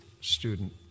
student